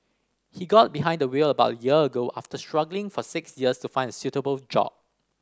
he got behind the wheel about a year ago after struggling for six years to find a suitable job